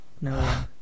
No